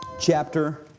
chapter